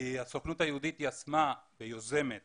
הסוכנות היהודית יזמה ויוזמת